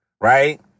Right